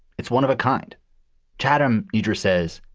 it's one of a kind chatham, aeger says,